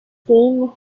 scheme